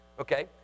okay